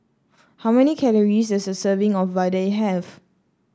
how many calories does a serving of vadai have